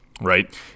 Right